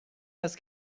هست